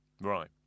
right